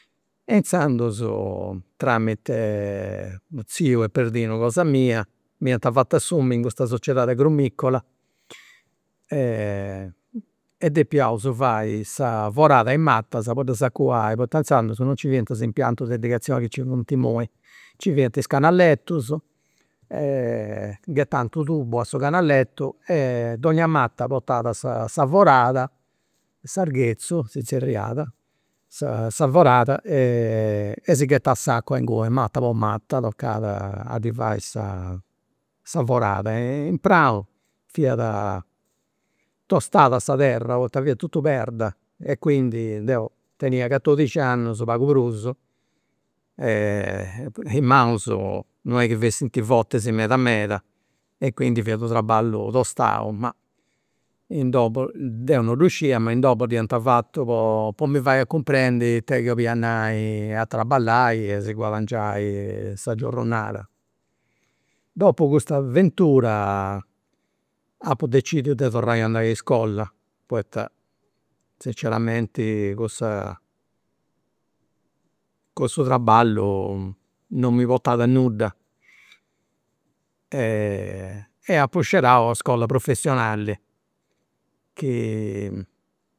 E inzandus tramite u' tziu e pardinu cosa mia m'iant fatu assumi in custa sociedadi agrumicola e depiaus fai is foradas a i' matas po ddas acuai poita inzandus non nci fiant is impiantus de irrigazioni chi nci funt imui, nci fiant is canalettus ghetant u' tubu a su canalettu e donnia mata portat sa forada, s'arghetzu si zerriat sa sa forada e si ghetat s'acua inguni mata po mata toccat a ddi fai sa sa forada e in pranu fiat tostada sa terra poita fiat totu perda e quindi deu tenia catodixi annus pagu prus, e i' manus non est chi fessint fortis meda meda e quindi fiat u' traballu tostau ma in domu, deu non ddu scidia, in domu dd'iant fatu po mi fai a cumprendi it'est chi 'olliat nai a traballai e a si guadangiai sa giornada. Dopu cust'avventura apu decidiu de torrai andai a iscola, poita sinceramenti cussu traballu non mi portat a nudda e apu scerau una iscola professionali chi